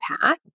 path